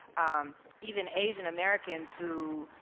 um even asian americans who,